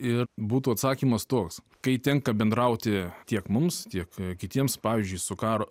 ir būtų atsakymas toks kai tenka bendrauti tiek mums tiek kitiems pavyzdžiui su karo